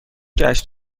گشت